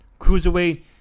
Cruiserweight